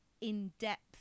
in-depth